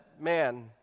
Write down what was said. man